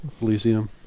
Elysium